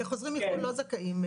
וחוזרים מחו"ל לא זכאים,